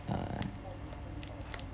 uh